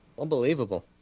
Unbelievable